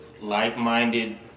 like-minded